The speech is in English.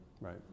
right